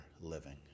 living